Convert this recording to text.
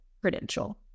credential